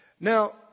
Now